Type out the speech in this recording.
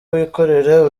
wikorera